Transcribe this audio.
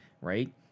right